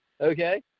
okay